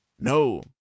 no